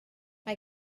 mae